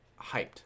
hyped